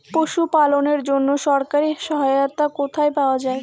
পশু পালনের জন্য সরকারি সহায়তা কোথায় পাওয়া যায়?